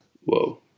Whoa